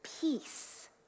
peace